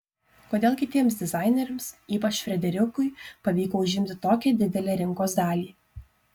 kodėl kitiems dizaineriams ypač frederikui pavyko užimti tokią didelę rinkos dalį